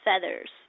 feathers